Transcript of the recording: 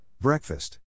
Breakfast